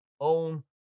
own